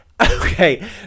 Okay